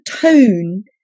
tone